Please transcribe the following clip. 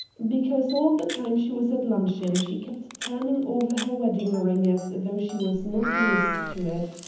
because all the time she was at luncheon she kept turning over her wedding-ring as though she was not used to it.